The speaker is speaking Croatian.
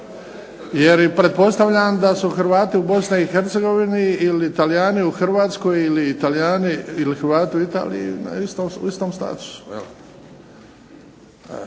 Jer pretpostavljam da su Hrvati u Bosni i Hercegovini, ili Talijani u Hrvatskoj ili Hrvati u Italiji u istom statusu.